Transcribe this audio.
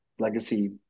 legacy